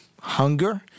hunger